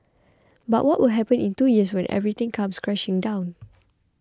but what will happen in two years when everything comes crashing down